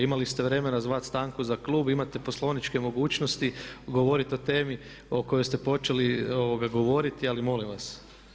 Imali ste vremena zvat stanku za klub, imate poslovničke mogućnosti govorit o temi o kojoj ste počeli govoriti ali molim vas.